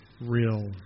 Real